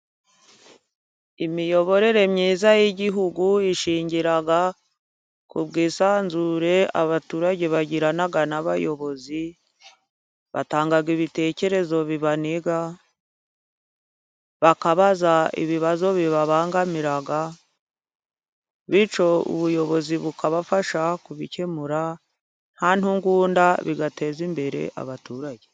Imiyoborere myiza y'Igihugu ishingira ku bwisanzure abaturage bagirana n'abayobozi. Batanga ibitekerezo bibaniga, bakabaza ibibazo bibabangamira, bityo ubuyobozi bukabafasha kubikemura nta ntugunda bigateza imbere abaturage.